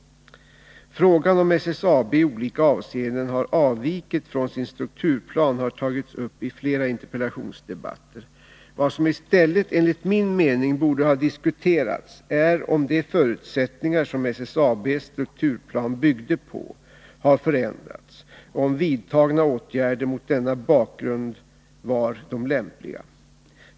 Frågan om SSAB i olika avseenden har avvikit från sin strukturplan har tagits upp i flera interpellationsdebatter. Vad som i stället enligt min mening borde ha diskuterats är om de förutsättningar som SSAB:s strukturplan byggde på har förändrats och om vidtagna åtgärder mot denna bakgrund var de lämpliga.